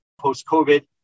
post-COVID